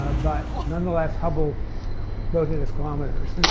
but nonetheless hubble wrote it as kilometers.